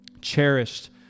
cherished